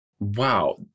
Wow